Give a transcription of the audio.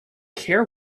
care